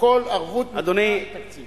כל ערבות מדינה היא תקציב.